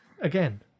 Again